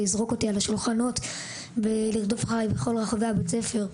ולזרוק אותי על השולחנות ולרדוף אחריי בכל רחבי בית הספר.